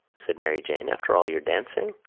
said mary jane, after all your dancing.